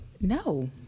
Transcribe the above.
No